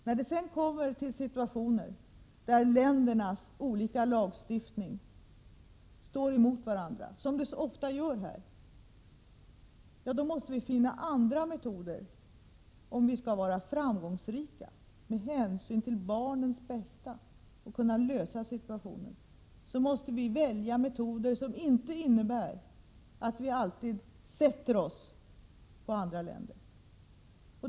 När det sedan uppstår situationer då ländernas olika lagstiftning står emot varandra, som så ofta är fallet, måste vi finna andra metoder. Om vi skall kunna vara framgångsrika och kunna lösa problemen med hänsyn till barnens bästa, måste vi välja metoder som inte innebär att vi alltid sätter oss på andra länder.